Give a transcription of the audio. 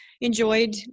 enjoyed